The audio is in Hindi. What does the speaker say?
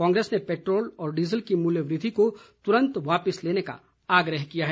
कांग्रेस ने पैट्रोल डीजल की मूल्यवृद्वि को तुरन्त वापिस लेने का आग्रह किया है